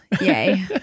yay